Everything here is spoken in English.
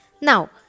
Now